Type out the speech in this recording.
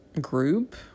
group